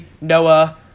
Noah